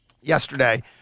yesterday